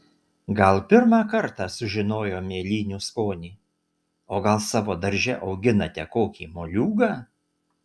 gal pirmą kartą sužinojo mėlynių skonį o gal savo darže auginate kokį moliūgą